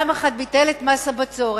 פעם אחת ביטל את מס הבצורת,